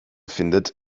findet